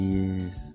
Years